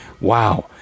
Wow